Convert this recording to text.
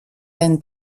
den